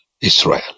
Israel